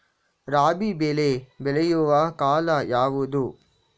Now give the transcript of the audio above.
ರಾಬಿ ಬೆಳೆ ಬೆಳೆಯುವ ಕಾಲ ಯಾವುದು?